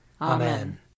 Amen